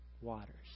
waters